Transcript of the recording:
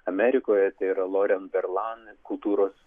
amerikoje tai yra loren berlan kultūros